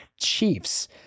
Chiefs